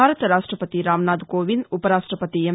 భారత రాష్టపతి రామ్నాధ్ కోవింద్ ఉపరాష్టపతి ఎం